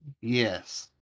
Yes